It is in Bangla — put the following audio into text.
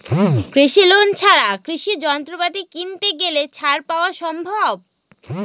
কৃষি লোন ছাড়া কৃষি যন্ত্রপাতি কিনতে গেলে ছাড় পাওয়া সম্ভব?